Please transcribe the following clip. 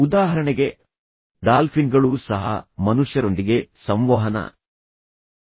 ಉದಾಹರಣೆಗೆ ಡಾಲ್ಫಿನ್ಗಳು ಸಹ ಮನುಷ್ಯರೊಂದಿಗೆ ಸಂವಹನ ನಡೆಸುತ್ತವೆ